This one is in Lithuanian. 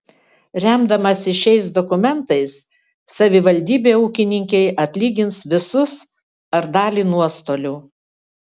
remdamasi šiais dokumentais savivaldybė ūkininkei atlygins visus ar dalį nuostolių